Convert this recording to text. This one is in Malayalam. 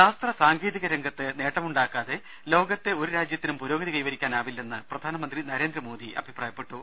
ശാസ്ത്ര സാങ്കേതിക രംഗത്ത് നേട്ടമുണ്ടാക്കാതെ ലോകത്തെ ഒരു രാജ്യ ത്തിനും പുരോഗതി കൈവരിക്കാനാവില്ലെന്ന് പ്രധാനമന്ത്രി നരേന്ദ്രമോദി അഭിപ്രാ യപ്പെട്ടു